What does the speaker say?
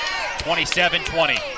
27-20